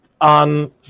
on